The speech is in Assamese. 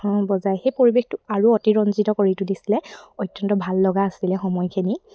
বজায় সেই পৰিৱেশটো আৰু অতি ৰঞ্জিত কৰি তুলিছিলে অত্যন্ত ভাল লগা আছিলে সময়খিনি